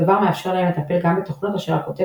הדבר מאפשר להם לטפל גם בתוכנות אשר הכותב